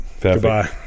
Goodbye